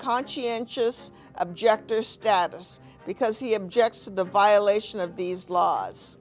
conscientious objector status because he objects to the violation of these laws